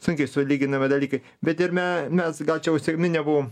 sunkiai sulyginami dalykai bet ir me mes gal čia užsiminę buvom